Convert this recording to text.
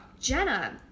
Jenna